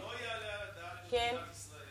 שלא יעלה על הדעת שבמדינת ישראל